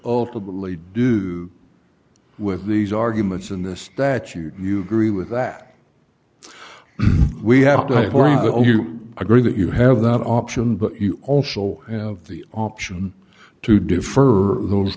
ultimately do with these arguments in the statute you agree with that we have to wait for the you agree that you have that option but you also have the option to defer those